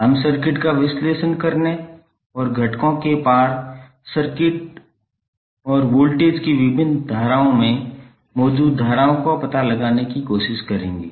हम सर्किट का विश्लेषण करने और घटकों के पार सर्किट और वोल्टेज की विभिन्न शाखाओं में मौजूद धाराओं का पता लगाने की कोशिश करेंगे